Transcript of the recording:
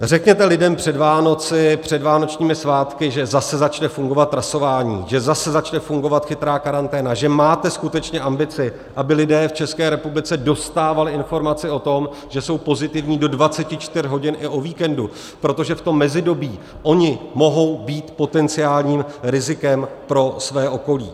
Řekněte lidem před Vánoci, před vánočním svátky, že zase začne fungovat trasování, že zase začne fungovat chytrá karanténa, že máte skutečně ambici, aby lidé v České republice dostávali informace o tom, že jsou pozitivní, do 24 hodin i o víkendu, protože v tom mezidobí oni mohou být potenciálním rizikem pro své okolí.